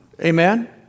Amen